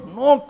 no